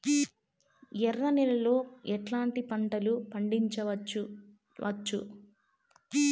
ఎర్ర నేలలో ఎట్లాంటి పంట లు పండించవచ్చు వచ్చు?